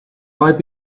might